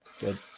good